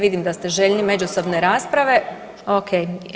Vidim da ste željni međusobne rasprave. … [[Upadica se ne razumije.]] Ok.